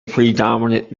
predominant